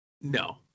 No